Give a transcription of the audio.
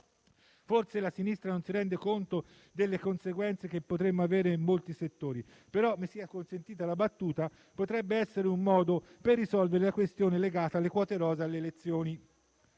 Forse la sinistra non si rende conto delle conseguenze che potremmo avere in molti settori, però - mi sia consentita la battuta - potrebbe essere un modo per risolvere la questione legata alle quote rosa alle elezioni!